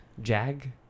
Jag